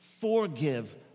Forgive